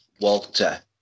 Walter